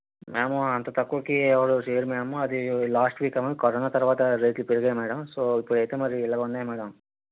ma'am అంత తక్కువకి ఎవరూ చేయరు మ్యామ్ అది లాస్ట్ వీక్ ఏమో కరోనా తర్వాత రేట్లు పెరిగాయి మ్యాడమ్ సో ఇప్పుడయితే మరి ఇలా ఉన్నాయి మ్యాడమ్